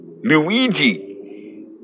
Luigi